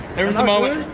there was the moment.